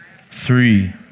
three